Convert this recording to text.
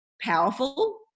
powerful